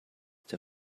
der